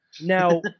Now